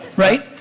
right,